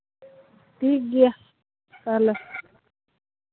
ᱴᱷᱤᱠᱜᱮᱭᱟ ᱛᱟᱦᱚᱞᱮ